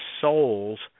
souls